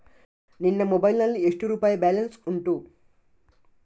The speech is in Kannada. ನಿನ್ನ ಮೊಬೈಲ್ ನಲ್ಲಿ ಎಷ್ಟು ರುಪಾಯಿ ಬ್ಯಾಲೆನ್ಸ್ ಉಂಟು?